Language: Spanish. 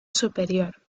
superior